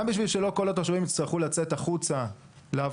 גם כדי של כל התושבים יצטרכו לצאת החוצה ולעבוד